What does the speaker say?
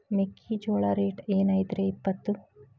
ಮೆಕ್ಕಿಜೋಳ ರೇಟ್ ಏನ್ ಐತ್ರೇ ಇಪ್ಪತ್ತು?